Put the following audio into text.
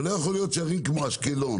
אבל לא יכול להיות שערים כמו אשקלון,